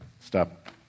stop